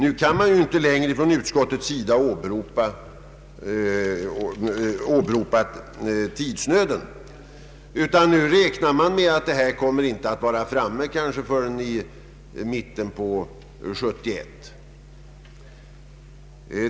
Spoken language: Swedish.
Utskottet kan inte längre åberopa tidsnöden som skäl för sitt ställningstagande, eftersom utredningen nu inte kan beräknas vara avslutad förrän i mitten av år 1971.